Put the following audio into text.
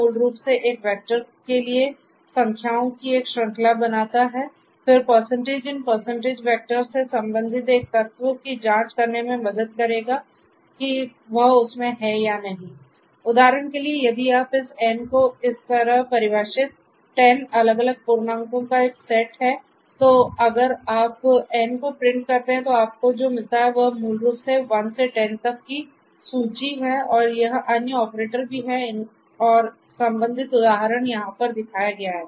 मूल रूप से एक वेक्टर के लिए संख्याओं की एक श्रृंखला बनाता है फिर in वेक्टर से संबंधित एक तत्व की जांच करने में मदद करेगा की वह उसमें है या नहीं उदाहरण के लिए यदि आप इस N को इस तरह परिभाषित 10 अलग अलग पूर्णांकों का एक सेट है तो अगर आप N को प्रिंट करते हैं तो आपको जो मिलता है वह मूल रूप से 1 से 10 तक की सूची है और यह अन्य ऑपरेटर भी है और इसका संबंधित उदाहरण यहां पर दिखाया गया है